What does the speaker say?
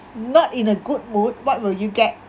not in a good mood what will you get